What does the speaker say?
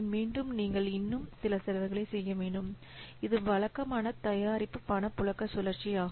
மீண்டும் நீங்கள் இன்னும் சில செலவுகளைச் செய்ய வேண்டும் இது வழக்கமான தயாரிப்பு பணப்புழக்கம் சுழற்சி ஆகும்